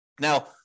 Now